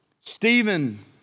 Stephen